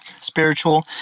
spiritual